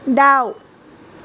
दाउ